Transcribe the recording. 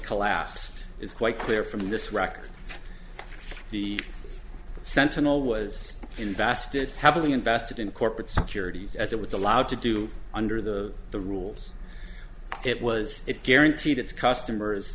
collapsed is quite clear from this rock the sentinel was invested heavily invested in corporate securities as it was allowed to do under the the rules it was it guaranteed its customers